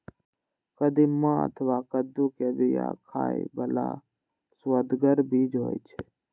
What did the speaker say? कदीमा अथवा कद्दू के बिया खाइ बला सुअदगर बीज होइ छै